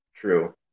true